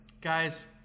Guys